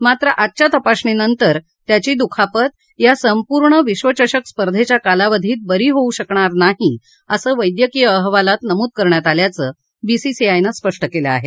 मात्र आजच्या तपासणीनंतर त्याची दुखापत या संपूर्ण विश्वचषक स्पर्धेच्या कालावधीत बरी होऊ शकणार नाही असं वैद्यकीय अहवालात नमूद करण्यात आल्याचं बी सी सी आयनं स्पष्ट केलं आहे